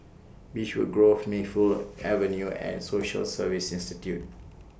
Beechwood Grove Mayfield Avenue and Social Service Institute